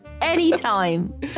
Anytime